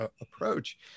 approach